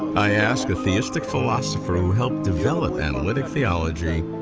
i ask a theistic philosopher who helped develop analytic theology,